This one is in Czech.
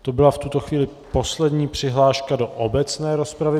To byla v tuto chvíli poslední přihláška do obecné rozpravy.